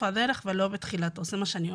הדרך ולא בתחילתו זה מה שאני אומרת.